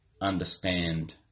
understand